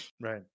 Right